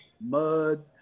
mud